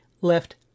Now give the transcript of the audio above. left